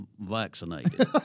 vaccinated